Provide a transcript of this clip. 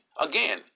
Again